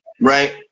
right